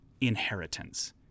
inheritance